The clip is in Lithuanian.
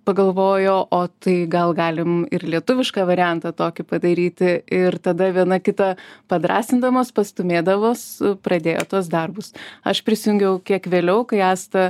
pagalvojo o tai gal galim ir lietuvišką variantą tokį padaryti ir tada viena kitą padrąsindamos pastūmėdamos pradėjo tuos darbus aš prisijungiau kiek vėliau kai asta